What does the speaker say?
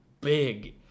big